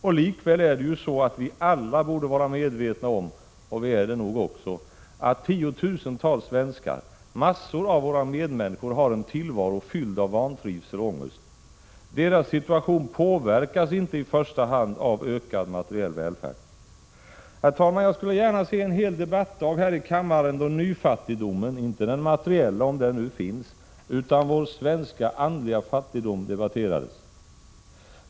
Och likväl borde vi ju alla vara medvetna om — vi är det nog också — att tiotusentals svenskar, massor av våra medmänniskor, har en tillvaro fylld av vantrivsel och ångest. Deras situation påverkas inte i första hand av ökad materiell välfärd. Herr talman! Jag skulle gärna se att vi hade en hel debattdag här i kammaren då nyfattigdomen, inte den materiella, om den finns, utan vår svenska andliga fattigdom debatterades.